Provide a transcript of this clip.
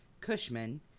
Cushman